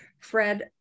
Fred